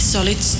Solid